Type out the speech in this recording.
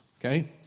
Okay